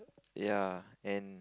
ya and